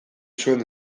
zuen